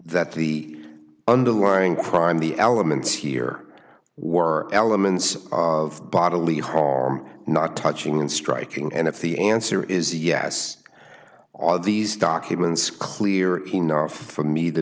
that the underlying crime the elements here were elements of bodily harm not touching and striking and if the answer is yes all these documents clear for me t